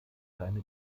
keine